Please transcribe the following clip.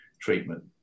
treatment